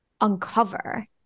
uncover